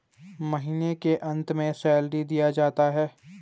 महीना के अंत में सैलरी दिया जाता है